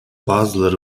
bazıları